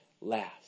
last